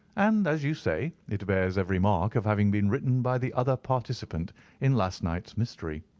and, as you say, it bears every mark of having been written by the other participant in last night's mystery.